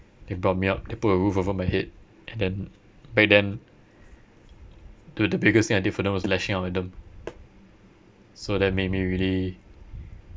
they brought me up they put a roof over my head and then back then to the biggest thing I did for them was lashing out at them so that made me really